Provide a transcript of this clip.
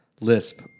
lisp